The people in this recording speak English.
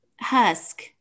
Husk